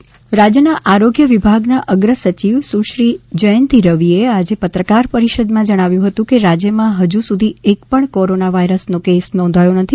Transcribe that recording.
corona Jayanti Ravi રાજ્યના આરોગ્ય વિભાગના અગ્રસચિવ સુશ્રી જયંતિ રવિએ આજે પત્રકાર પરિષદમાં જણાવ્યુ હતુ કે રાજયમાં હજુ સુધી એક પણ કોરોના વાયરસનો કેસ નોંધાયો નથી